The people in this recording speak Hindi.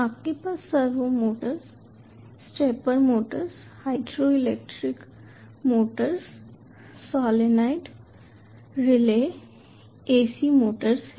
आपके पास servo motors stepper motors hydraulic motors solenoid relay AC motors हैं